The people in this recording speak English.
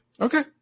Okay